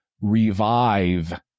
revive